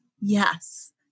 Yes